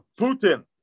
Putin